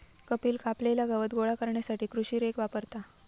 कपिल कापलेला गवत गोळा करण्यासाठी कृषी रेक वापरता